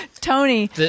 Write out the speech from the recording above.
Tony